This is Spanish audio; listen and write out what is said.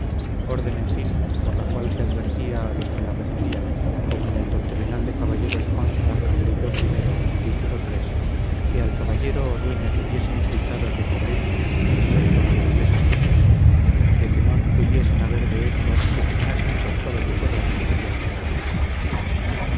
orden en fin por la cual se advertía a los que la recibían como en el doctrinal de caballeros consta al lib i tít que al caballero o dueña que viesen cuitados de pobreza o por tuerto que hobiesen recebido de que non pudiesen haber derecho que pugnasen con todo su poder de ayudarlos